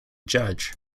judge